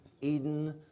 Eden